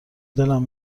دلم